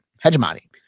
Hegemony